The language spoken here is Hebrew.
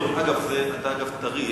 אתה טרי,